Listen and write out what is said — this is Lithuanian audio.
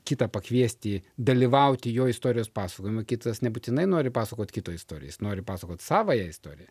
kitą pakviesti dalyvauti jo istorijos pasakojime kitas nebūtinai nori pasakot kito istoriją jis nori papasakot savąją istoriją